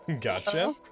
Gotcha